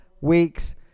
weeks